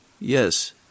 yes